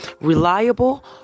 Reliable